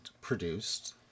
produced